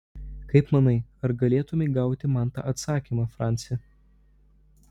kaip manai ar galėtumei gauti man tą atsakymą franci